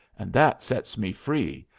and that sets me free,